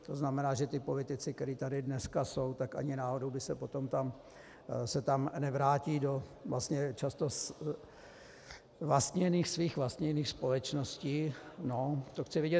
To znamená, že ti politici, kteří tady dneska jsou, tak ani náhodou se potom tam nevrátí do vlastně často vlastněných, svých vlastněných společností, no to chci vidět.